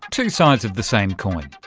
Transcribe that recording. two sides of the same coin.